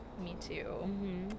MeToo